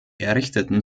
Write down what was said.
errichteten